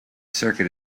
circuit